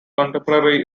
contemporary